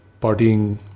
partying